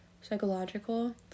psychological